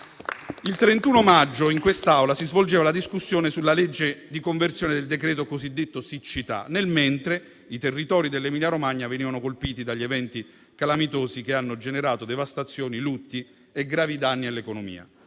Il 31 maggio in quest'Aula si svolgeva la discussione sulla legge di conversione del decreto cosiddetto siccità. Nel mentre, i territori dell'Emilia-Romagna venivano colpiti dagli eventi calamitosi che hanno generato devastazioni, lutti e gravi danni all'economia.